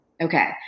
Okay